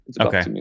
okay